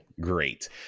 Great